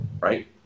right